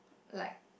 like